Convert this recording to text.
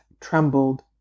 trembled